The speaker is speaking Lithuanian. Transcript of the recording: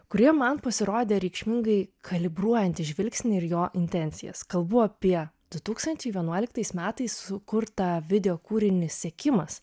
kuri man pasirodė reikšmingai kalibruojanti žvilgsnį ir jo intencijas kalbu apie du tūkstančiai vienuoliktais metais sukurtą videokūrinį sekimas